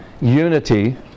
unity